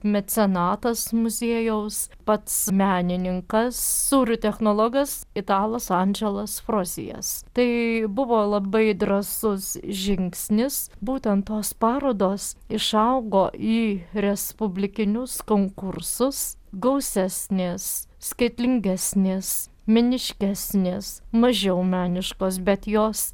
mecenatas muziejaus pats menininkas sūrių technologas italas andželas frozijas tai buvo labai drąsus žingsnis būtent tos parodos išaugo į respublikinius konkursus gausesnės skaitlingesnės meniškesnės mažiau meniškos bet jos